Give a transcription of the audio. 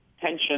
tension